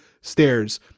stairs